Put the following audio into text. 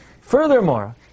Furthermore